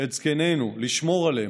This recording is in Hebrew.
את זקנינו, לשמור עליהם,